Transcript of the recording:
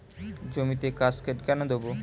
জমিতে কাসকেড কেন দেবো?